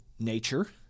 nature